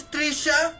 Trisha